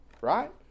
Right